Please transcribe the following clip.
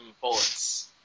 bullets